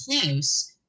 close